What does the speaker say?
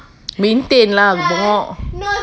maintain lah bengok